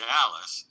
Dallas